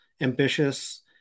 ambitious